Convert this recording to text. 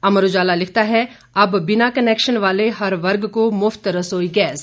अमर उजाला लिखता है अब बिना कनेक्शन वाले हर वर्ग को मुफ्त रसोई गैस